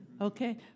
Okay